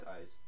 eyes